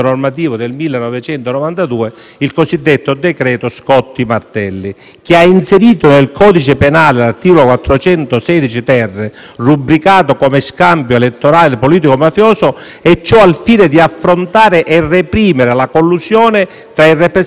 il cosiddetto decreto Scotti-Martelli, che ha inserito nel codice penale l'articolo 416-*ter*, rubricato come scambio elettorale politico-mafioso, al fine di affrontare e reprimere la collusione tra i rappresentanti della politica e le associazioni criminali.